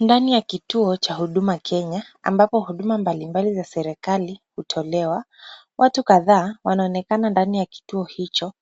Ndani ya kituo cha Huduma Kenya, ambapo huduma mbali mbali za serikali hutolewa. Watu kadhaa wanaonekana ndani ya kituo hicho,